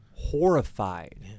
Horrified